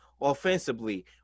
offensively